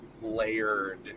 layered